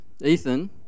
Ethan